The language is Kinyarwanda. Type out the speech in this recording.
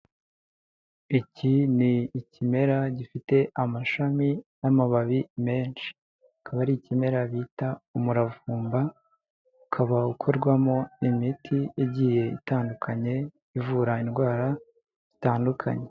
Iki ni ikimera gifite amashami n'amababi menshi akaba ari ikimera bita umuravumba ukaba ukomo imiti igiye itandukanye ivura indwara zitandukanye.